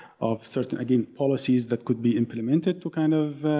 of certain, again, policies that could be implemented to kind of